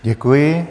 Děkuji.